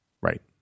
right